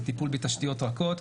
עם טיפול בתשתיות רכות,